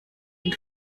den